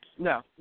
No